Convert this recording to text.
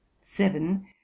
Seven